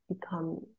become